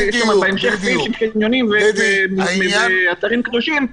יש שם בהמשך סעיף של קניונים ואתרים קדושים,